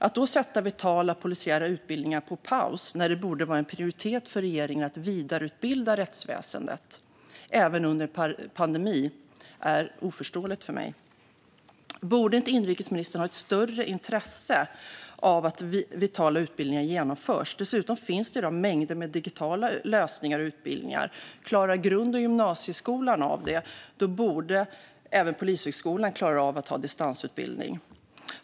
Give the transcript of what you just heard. Att då sätta vitala polisiära utbildningar på paus, när det borde vara en prioritet för regeringen att vidareutbilda rättsväsendet - även under en pandemi, är oförståeligt för mig. Borde inte inrikesministern ha ett större intresse av att vitala utbildningar genomförs? Dessutom finns det i dag mängder med digitala lösningar och utbildningar. Klarar grund och gymnasieskolorna av att ha distansutbildning borde även Polishögskolan klara av det.